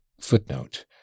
Footnote